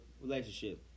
relationship